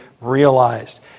realized